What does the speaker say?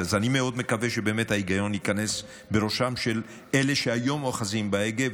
אז אני מאוד מקווה שבאמת ההיגיון ייכנס בראשם של אלה שהיום אוחזים בהגה,